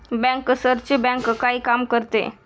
बँकर्सची बँक काय काम करते?